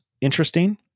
interesting